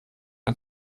ein